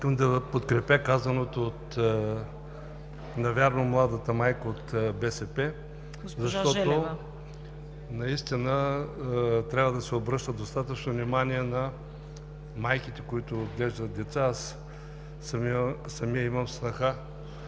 трябва да се обръща достатъчно внимание на майките, които отглеждат деца. Аз самият имам снаха,